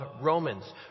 Romans